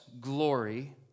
glory